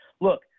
look